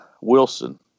Wilson